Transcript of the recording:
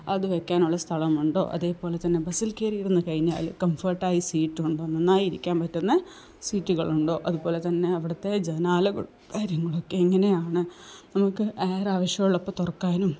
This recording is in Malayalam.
അത് വെക്കാനുള്ള സ്ഥലമുണ്ടോ അതേപോലെതന്നെ ബസ്സിൽ കയറിയിരുന്നു കഴിഞ്ഞാല് കംഫാർട്ടായ സീറ്റുണ്ടോ നന്നായി ഇരിക്കാൻ പറ്റുന്ന സീറ്റുകളുണ്ടോ അതുപോലെതന്നെ അവിടുത്തെ ജനാലകള് കാര്യങ്ങളൊക്കെ എങ്ങനെയാണ് നമുക്ക് എയര് ആവശ്യമുള്ളപ്പോള് തുറക്കാനും